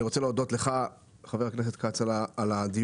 אני רוצה להודות לחבר הכנסת כץ על הדיון